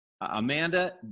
Amanda